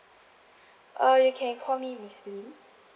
uh you can call me miss lim